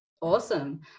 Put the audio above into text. Awesome